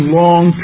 long